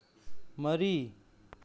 ꯃꯔꯤ